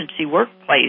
workplace